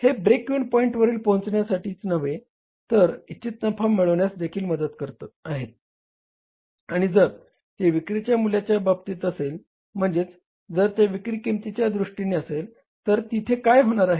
हे break even पॉईंटवर पोहचण्यासाठीच नव्हे तर इच्छित नफा मिळवण्यास देखील मदत करत आहेत आणि जर ते विक्रीच्या मूल्याच्या बाबतीत असेल म्हणजेच जर ते विक्री किंमतीच्या दृष्टीने असेल तर तिथे काय होणार आहे